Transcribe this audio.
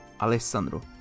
Alessandro